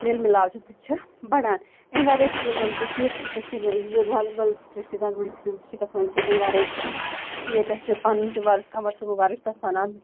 میل مِلاو چھِ سُہ تہِ چھِ بَڑان امہِ وَرٲے چھِ ییٚتہِ زَن کٔشیٖر چھِ کٔشیٖر منٛز یِم زَن گاندربَل ڈِسٹرٛک چھِ گاندربل ڈِسٹرٛکَس منٛز چھِ امہِ وَرٲے چھِ ییٚتہِ اَسہِ پَنُن تہِ وَرُس کَمر صٲبُن وَرُس چھِ تَتھ وَنان